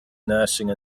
nursing